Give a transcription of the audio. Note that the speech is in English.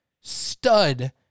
stud